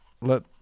let